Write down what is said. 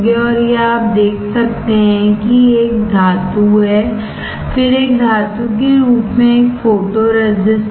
और यह आप देख सकते हैं कि एक धातु है फिर एक धातु के रूप में एक फोटोरेजिस्ट है